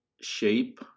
shape